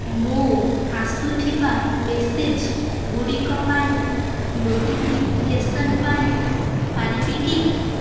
ମୁଁ ଆସୁଥିବା ମେସେଜ୍ଗୁଡ଼ିକ ପାଇଁ ନୋଟିଫିକେସନ୍ ପାଇପାରିବି କି